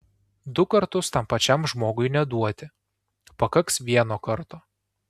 du kartus tam pačiam žmogui neduoti pakaks vieno karto